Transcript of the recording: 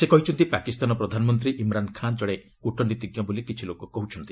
ସେ କହିଛନ୍ତି ପାକିସ୍ତାନ ପ୍ରଧାନମନ୍ତ୍ରୀ ଇମ୍ରାନ୍ ଖାନ ଜଣେ କ୍ରଟନୀତିଜ୍ଞ ବୋଲି କିଛି ଲୋକ କହୁଛନ୍ତି